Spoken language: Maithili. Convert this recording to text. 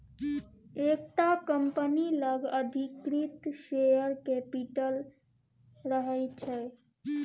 एकटा कंपनी लग अधिकृत शेयर कैपिटल रहय छै